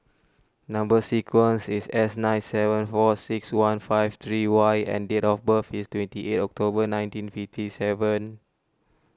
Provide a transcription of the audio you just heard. Number Sequence is S nine seven four six one five three Y and date of birth is twenty eight October nineteen fifty seven